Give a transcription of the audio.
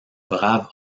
brave